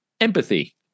empathy